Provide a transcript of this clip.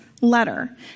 letter